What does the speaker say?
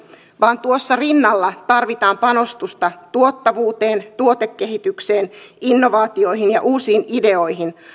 vaan tuossa rinnalla tarvitaan panostusta tuottavuuteen tuotekehitykseen innovaatioihin ja uusiin ideoihin